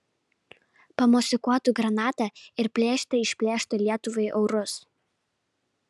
pamosikuotų granata ir plėšte išplėštų lietuvai eurus